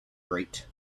great